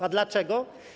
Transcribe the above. A dlaczego?